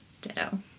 Ditto